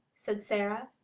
said sara,